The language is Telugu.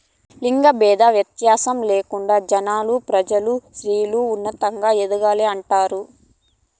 లింగ భేదం వ్యత్యాసం లేకుండా జనాలు ప్రజలు స్త్రీలు ఉన్నతంగా ఎదగాలని అంటారు